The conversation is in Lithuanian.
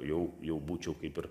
jau jau būčiau kaip ir